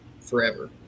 forever